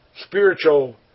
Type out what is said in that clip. spiritual